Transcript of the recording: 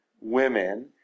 women